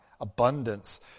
abundance